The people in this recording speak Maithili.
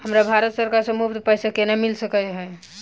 हमरा भारत सरकार सँ मुफ्त पैसा केना मिल सकै है?